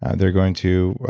they're going to,